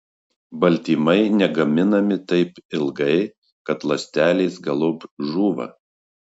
baltymai negaminami taip ilgai kad ląstelės galop žūva